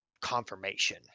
confirmation